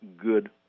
good